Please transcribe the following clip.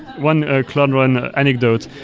one cloudrun anecdote.